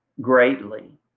greatly